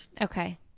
Okay